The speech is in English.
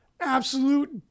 absolute